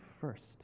first